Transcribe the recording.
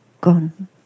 gone